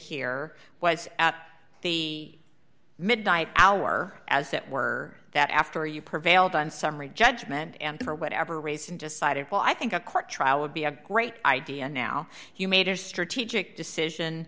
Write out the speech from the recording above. here was at the midnight hour as it were that after you prevailed on summary judgment and for whatever reason decided well i think a court trial would be a great idea now you made a strategic decision